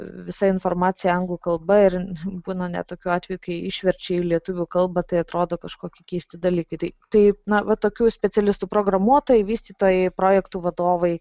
visa informacija anglų kalba ir būna net tokių atvejų kai išverčia į lietuvių kalbą tai atrodo kažkokie keisti dalykai tai taip na va tokių specialistų programuotojai vystytojai projektų vadovai